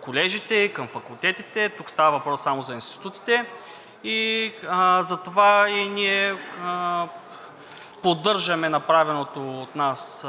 колежите, и към факултетите. Тук става въпрос само за институтите. Затова и ние поддържаме направеното от нас